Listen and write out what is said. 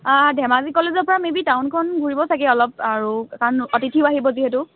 ধেমাজি কলেজৰপৰা মেবি টাউনখন ঘূৰিব চাগৈ অলপ আৰু কাৰণ অতিথিয়ো আহিব যিহেতু